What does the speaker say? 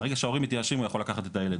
ברגע שההורים מתייאשים, הוא יכול לקחת את הילד.